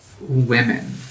women